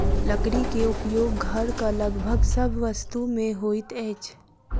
लकड़ी के उपयोग घरक लगभग सभ वस्तु में होइत अछि